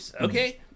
Okay